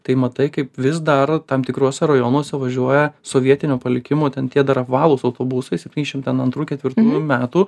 tai matai kaip vis daro tam tikruose rajonuose važiuoja sovietinio palikimo ten tie dar apvalūs autobusai septyniasdešim ten antrų ketvirtų metų